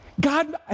God